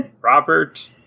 robert